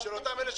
הלאה.